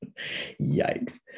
Yikes